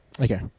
Okay